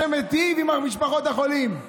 שמיטיב עם משפחות החולים,